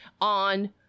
on